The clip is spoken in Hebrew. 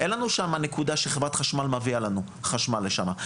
אין לנו שם נקודה שחברת חשמל מביאה לנו חשמל לשם.